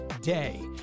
day